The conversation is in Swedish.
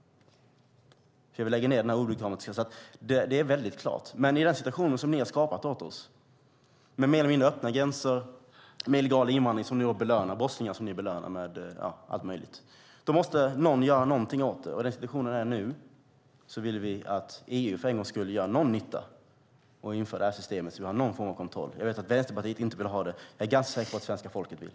Det är klart. Någon måste göra något åt den situation ni har skapat åt oss med mer eller mindre öppna gränser, med illegal invandring - brottslingar - som ni belönar med allt möjligt. Nu vill vi att EU för en gångs skull ska göra någon nytta och införa det här systemet så att vi har någon form av kontroll. Jag vet att Vänsterpartiet inte vill ha det, men jag är ganska säker på att svenska folket vill.